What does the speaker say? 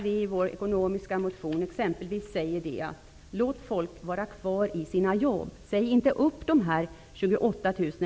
I vår ekonomisk-politiska motion säger vi nu: Låt folk få vara kvar vid sina jobb.